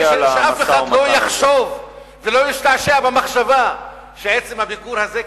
שאף אחד לא יחשוב ולא ישתעשע במחשבה שעצם הביקור הזה,